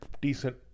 Decent